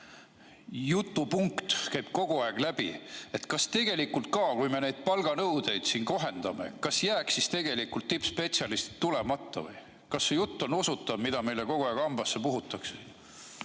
jutupunkt käib kogu aeg läbi. Kas tegelikult ka, kui me neid palganõudeid siin kohandame, jääks tippspetsialistid tulemata? Kas see jutt on usutav, mida meile kogu aeg hambasse puhutakse?